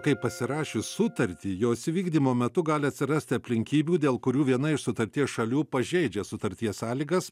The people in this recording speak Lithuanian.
kai pasirašius sutartį jos įvykdymo metu gali atsirasti aplinkybių dėl kurių viena iš sutarties šalių pažeidžia sutarties sąlygas